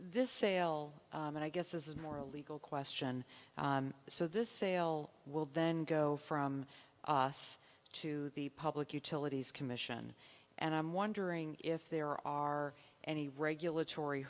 this sale that i guess is more a legal question so this sale will then go from us to the public utilities commission and i'm wondering if there are any regulatory